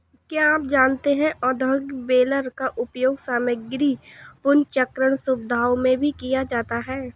क्या आप जानते है औद्योगिक बेलर का उपयोग सामग्री पुनर्चक्रण सुविधाओं में भी किया जाता है?